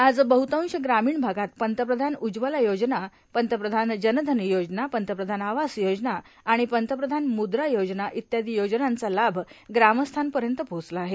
आज बद्दतांश ग्रामीण भागात पंतप्रधान उज्ज्वला योजना पंतप्रधान जनधन योजना पंतप्रधान आवास योजना आणि पंतप्रधान मुद्रा योजना इत्यादी योजनांचा लाभ ग्रामस्थांपर्यंत पोहोचला आहे